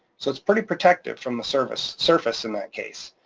so it's pretty protected from the surface surface in that case.